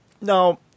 now